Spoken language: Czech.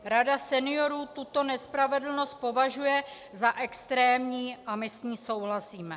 Rada seniorů tuto nespravedlnost považuje za extrémní a my s tím souhlasíme.